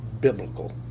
biblical